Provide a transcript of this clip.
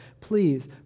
please